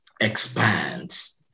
expands